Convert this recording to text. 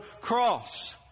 cross